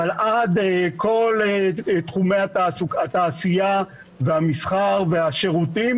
ועד כל תחומי התעשייה והמסחר והשירותים.